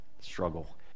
struggle